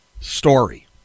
story